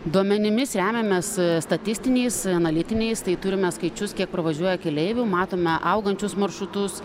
duomenimis remiamės statistiniais analitiniais tai turime skaičius kiek pravažiuoja keleivių matome augančius maršrutus